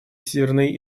северной